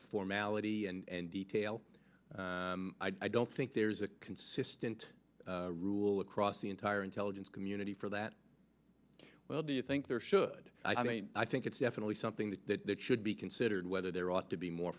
formality and detail i don't think there's a consistent rule across the entire intelligence community for that well do you think there should i mean i think it's definitely something that should be considered whether there ought to be more